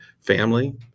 Family